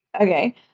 Okay